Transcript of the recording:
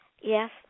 Yes